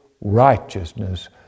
righteousness